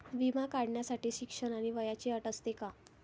विमा काढण्यासाठी शिक्षण आणि वयाची अट असते का?